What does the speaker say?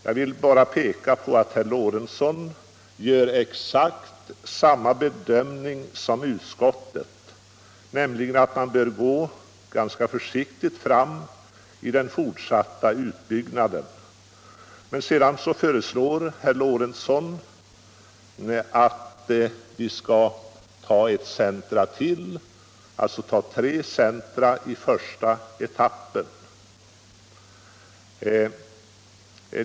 Jag vill bara peka på att herr Lorentzon gör exakt samma bedömning som utskottsmajoriteten, nämligen att man bör gå ganska försiktigt fram i den fortsatta utbyggnaden. Men sedan föreslår herr Lorentzon att vi skall bygga ett centrum till — alltså ta tre centra i första etappen.